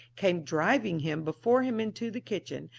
came driving him before him into the kitchen,